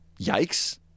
yikes